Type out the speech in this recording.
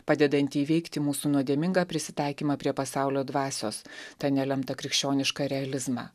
padedanti įveikti mūsų nuodėmingą prisitaikymą prie pasaulio dvasios tą nelemtą krikščionišką realizmą